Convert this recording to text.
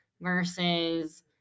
versus